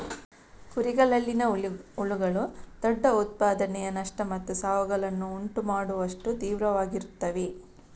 ಕುರಿಗಳಲ್ಲಿನ ಹುಳುಗಳು ದೊಡ್ಡ ಉತ್ಪಾದನೆಯ ನಷ್ಟ ಮತ್ತು ಸಾವುಗಳನ್ನು ಉಂಟು ಮಾಡುವಷ್ಟು ತೀವ್ರವಾಗಿರುತ್ತವೆ